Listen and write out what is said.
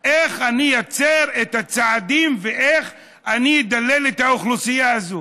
באיך אני אצר את הצעדים ואיך אני אדלל את האוכלוסייה הזאת.